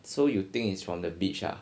so you think it's from the beach ah